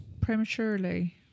prematurely